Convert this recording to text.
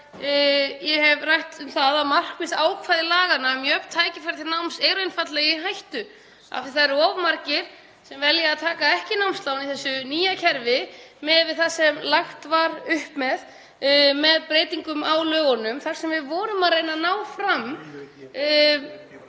ég hef rætt um það að markmiðsákvæði laganna um jöfn tækifæri til náms séu einfaldlega í hættu. Það eru of margir sem velja að taka ekki námslán í þessu nýja kerfi miðað við það sem lagt var upp með með breytingum á lögunum þar sem við vorum að reyna að ná fram